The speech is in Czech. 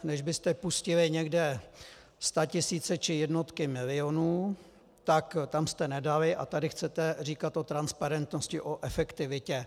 Než byste pustili někde statisíce či jednotky milionů, tak tam jste nedali a tady chcete říkat o transparentnosti, o efektivitě.